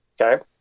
Okay